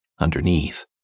underneath